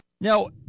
Now